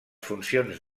funcions